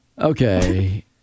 Okay